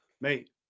mate